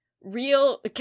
real